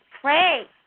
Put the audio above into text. pray